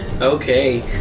Okay